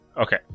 Okay